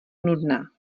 nudná